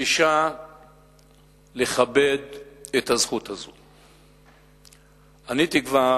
בדרישה לכבד את הזכות הזאת, אני תקווה